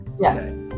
Yes